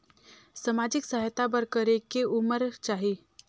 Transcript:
समाजिक सहायता बर करेके उमर चाही?